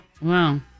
Wow